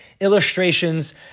illustrations